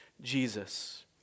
Jesus